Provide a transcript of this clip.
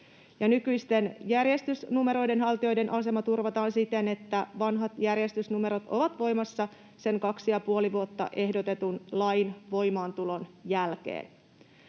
nykyisten järjestysnumeroiden haltijoiden asema turvataan siten, että vanhat järjestysnumerot ovat voimassa kaksi ja puoli vuotta ehdotetun lain voimaantulon jälkeen.